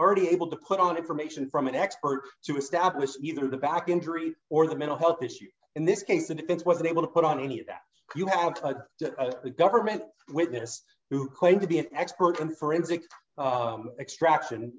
already able to put on information from an expert to establish either the back injury or the mental health issue in this case the defense was unable to put on any of that you have a government witness who claimed to be an expert in forensic extract